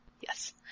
yes